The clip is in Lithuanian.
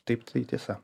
taip tai tiesa